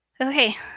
Okay